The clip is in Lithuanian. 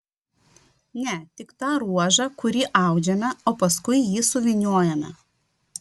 ne tik tą ruožą kurį audžiame o paskui jį suvyniojame